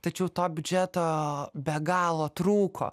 tačiau to biudžeto be galo trūko